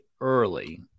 early